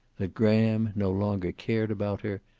that graham no longer cared about her,